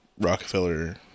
Rockefeller